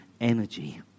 energy